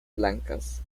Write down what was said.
blancas